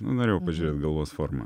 na norėjau pažiūrėt galvos formą